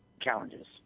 challenges